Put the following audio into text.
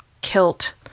kilt